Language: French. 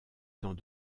dans